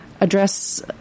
address